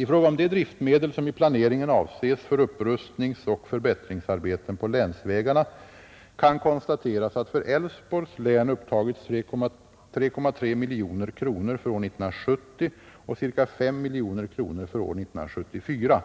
I fråga om de driftmedel som i planeringen avses för upprustningsoch förbättringsarbeten på länsvägarna kan konstateras att för Älvsborgs län upptagits 3,3 miljoner kronor för år 1970 och ca 5 miljoner kronor för år 1974.